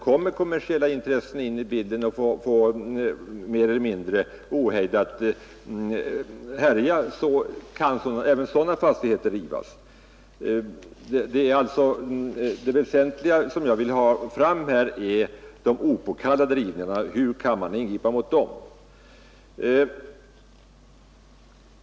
Kommer kommersiella intressen in i bilden och tillåts härja mer eller mindre ohejdat kan även sådana fastigheter rivas. Vad jag väsentligen vill ha fram är hur man skall kunna ingripa mot opåkallade rivningar.